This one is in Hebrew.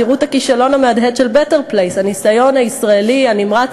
תראו את הכישלון המהדהד של "בטר פלייס" הניסיון הישראלי הנמרץ